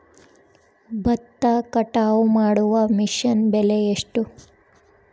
ಭತ್ತ ಕಟಾವು ಮಾಡುವ ಮಿಷನ್ ಬೆಲೆ ಎಷ್ಟು?